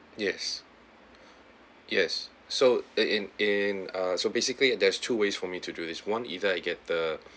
yes yes so in in in ah so basically there's two ways for me to do this one either I get the